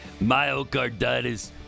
myocarditis